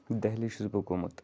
دہلی چھُس بہٕ گوٚمُت